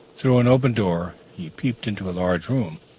through an open door, he peeped into a large room,